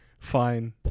fine